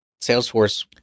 Salesforce